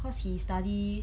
cause he study